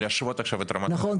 להשוות עכשיו את רמת --- נכון,